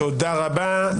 תודה רבה.